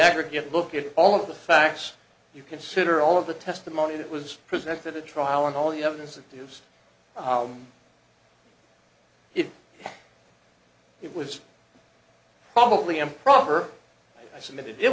aggregate look at all of the facts you consider all of the testimony that was presented at trial and all the evidence of use it it was probably improper i summited it